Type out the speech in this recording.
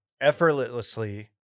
effortlessly